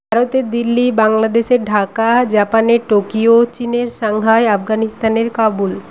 ভারতের দিল্লি বাংলাদেশের ঢাকা জাপানের টোকিও চিনের সাংঘাই আফগানিস্তানের কাবুল